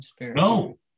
no